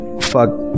fuck